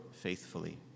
faithfully